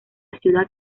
ciudad